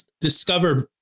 discovered